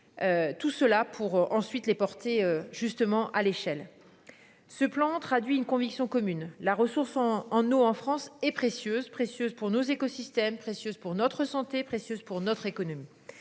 Tout cela pour ensuite les porter justement à l'échelle. Ce plan traduit une conviction commune la ressource en en haut en France et précieuse précieuse pour nos écosystèmes précieuse pour notre santé précieuse pour notre économie.